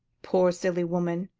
poor silly woman,